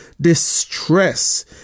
distress